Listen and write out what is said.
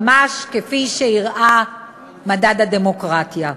ממש כפי שהראה מדד הדמוקרטיה.